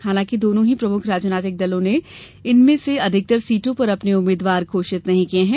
हालाकिं दोनो ही प्रमुख राजनीतिक दलों ने इनमें से अधिकतर सीटों पर अपने उम्मीदवार घोषित नहीं किये हैं